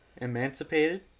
emancipated